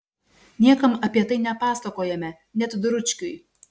niekam apie tai nepasakojome net dručkiui